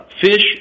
fish